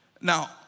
Now